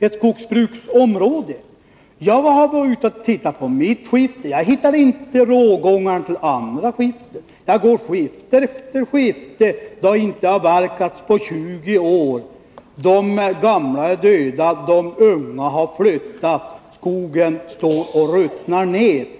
ett skogsbruksområde. Jag har varit ute och tittat på mitt skifte, sade han, och jag hittade inte rågångar till andra skiften. Jag gick skifte efter skifte som inte har avverkats på 20 år. De gamla är döda, och de unga har flyttat. Skogen står och ruttnar ner.